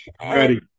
ready